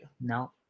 No